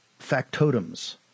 factotums